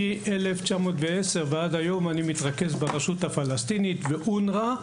משנת 2010 ועד היום אני מתרכז ברשות הפלסטינית ואונר״א,